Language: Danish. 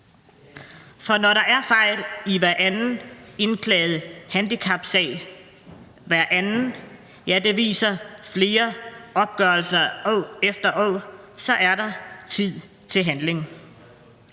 For når der er fejl i hver anden indklaget handicapsag – hver anden, ja, det viser flere opgørelser år efter år – så er det tid til handling.